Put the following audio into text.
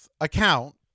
account